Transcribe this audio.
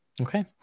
Okay